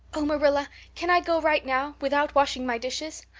oh, marilla, can i go right now without washing my dishes?